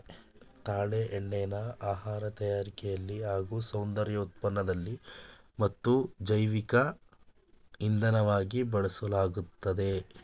ತಾಳೆ ಎಣ್ಣೆನ ಆಹಾರ ತಯಾರಿಕೆಲಿ ಹಾಗೂ ಸೌಂದರ್ಯ ಉತ್ಪನ್ನದಲ್ಲಿ ಮತ್ತು ಜೈವಿಕ ಇಂಧನವಾಗಿ ಬಳಸಲಾಗ್ತದೆ